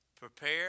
prepare